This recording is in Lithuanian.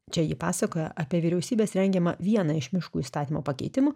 čia ji pasakojo apie vyriausybės rengiamą vieną iš miškų įstatymo pakeitimų